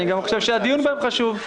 אני גם חושב שהדיון בהן חשוב.